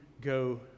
go